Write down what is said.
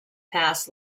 pass